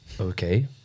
okay